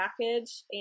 package